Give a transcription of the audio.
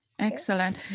Excellent